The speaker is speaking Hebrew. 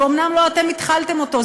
אומנם לא התחלתם אותו,